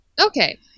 Okay